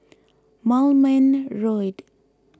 Moulmein Road